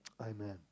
Amen